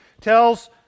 tells